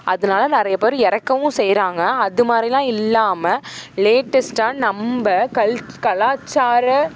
அதனால நிறைய பேர் இறக்கவும் செய்கிறாங்க அது மாதிரிலாம் இல்லாமல் லேட்டஸ்ட்டாக நம்ம கலாச்சாரம்